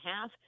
half